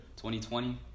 2020